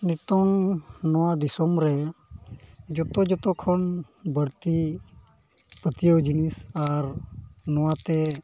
ᱱᱤᱛᱚᱝ ᱱᱚᱣᱟ ᱫᱤᱥᱚᱢ ᱨᱮ ᱡᱚᱛᱚ ᱡᱚᱛᱚ ᱠᱷᱚᱱ ᱵᱟᱹᱲᱛᱤ ᱯᱟᱹᱛᱭᱟᱹᱣ ᱡᱤᱱᱤᱥ ᱟᱨ ᱱᱚᱣᱟᱛᱮ